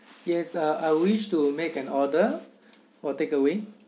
yes uh I wish to make an order for takeaway